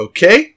Okay